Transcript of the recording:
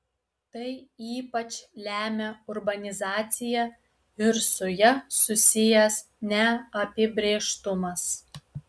tai ypač lemia urbanizacija ir su ja susijęs neapibrėžtumas